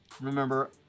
Remember